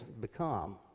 become